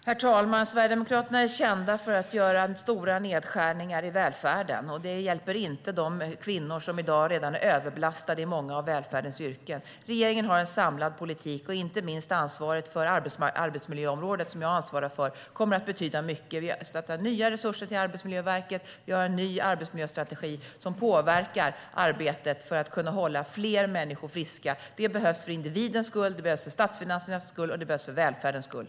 Herr talman! Sverigedemokraterna är kända för att vilja göra stora nedskärningar i välfärden. Det hjälper inte de kvinnor som i dag redan är överbelastade i många av välfärdens yrken. Regeringen har en samlad politik och inte minst ansvaret för arbetsmiljöområdet, som jag ansvarar för. Det kommer att betyda mycket. Vi har satsat på nya resurser till Arbetsmiljöverket. Vi har en ny arbetsmiljöstrategi som bidrar till att hålla fler människor friska på arbetet. Det behövs för individens skull, för statsfinansernas skull och det behövs för välfärdens skull.